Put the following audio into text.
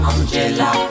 Angela